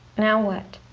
now what?